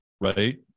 right